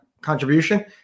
contribution